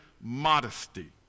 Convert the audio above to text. modesty